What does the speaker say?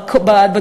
נא לסיים.